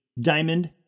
Diamond